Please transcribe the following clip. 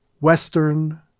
western